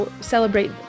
celebrate